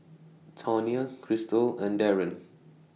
Tonia Krystal and Darren